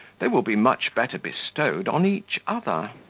they will be much better bestowed on each other.